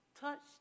touched